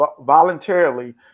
voluntarily